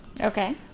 Okay